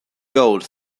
gold